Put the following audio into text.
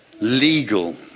legal